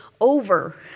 over